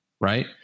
right